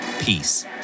peace